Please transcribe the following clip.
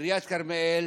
עיריית כרמיאל